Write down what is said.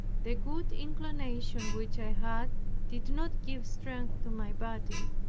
the good inclination which i had did not give strength to my body.